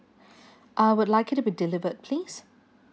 I would like it to be delivered please